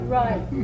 right